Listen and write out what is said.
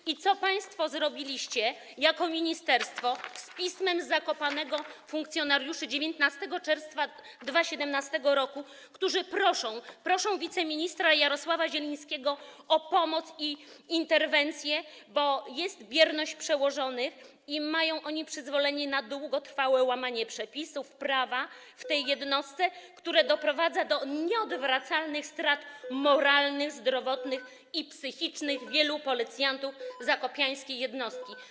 I co państwo zrobiliście jako ministerstwo z pismem funkcjonariuszy z Zakopanego z 19 czerwca 2017 r., którzy proszą wiceministra Jarosława Zielińskiego o pomoc i interwencję, bo jest bierność przełożonych i mają oni przyzwolenie na długotrwałe łamanie przepisów prawa w tej jednostce, które doprowadza do nieodwracalnych strat moralnych, zdrowotnych i psychicznych wielu policjantów zakopiańskiej jednostki.